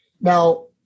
now